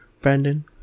Brandon